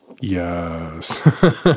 Yes